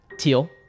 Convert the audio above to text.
teal